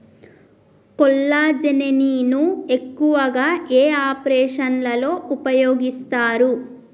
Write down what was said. కొల్లాజెజేని ను ఎక్కువగా ఏ ఆపరేషన్లలో ఉపయోగిస్తారు?